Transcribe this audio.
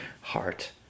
heart